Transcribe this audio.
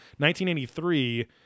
1983